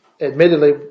admittedly